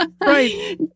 right